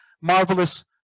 marvelous